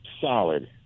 solid